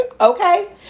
okay